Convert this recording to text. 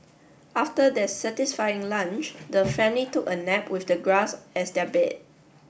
after their satisfying lunch the family took a nap with the grass as their bed